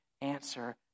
answer